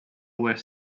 were